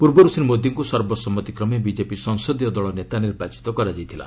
ପୂର୍ବରୁ ଶ୍ରୀ ମୋଦିଙ୍କୁ ସର୍ବସମ୍ମତି କ୍ରମେ ବିଜେପି ସଂସଦୀୟ ଦଳ ନେତା ନିର୍ବାଚିତ କରାଯାଇଥିଲା